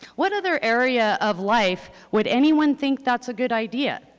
what other area of life would anyone think that's a good idea?